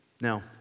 Now